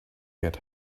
get